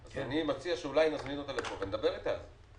אני מציע שאולי נזמין אותה לכאן ונדבר אתה.